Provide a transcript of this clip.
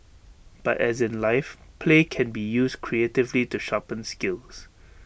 but as in life play can be used creatively to sharpen skills